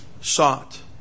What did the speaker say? sought